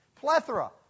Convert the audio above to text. Plethora